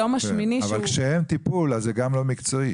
כשאין טיפול, זה גם לא מקצועי.